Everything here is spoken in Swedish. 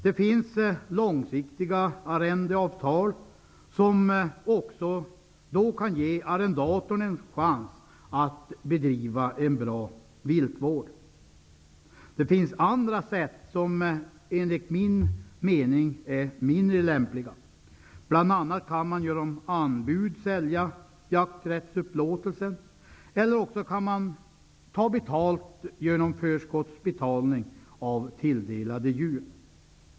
Det finns långsiktiga arrendeavtal som även kan ge arrendatorn en chans att bedriva en bra viltvård. Det finns andra sätt, som enligt min mening är mindre lämpliga. Man kan bl.a. genom anbud sälja jakträttsupplåtelsen, eller också kan man ta betalt genom förskottsbetalning för tilldelade djur.